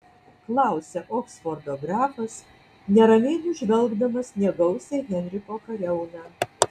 klausia oksfordo grafas neramiai nužvelgdamas negausią henriko kariauną